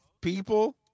people